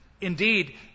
Indeed